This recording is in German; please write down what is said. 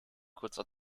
kurzer